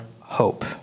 hope